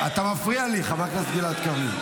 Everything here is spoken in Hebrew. חברי הכנסת יאיר לפיד,